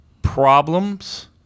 Problems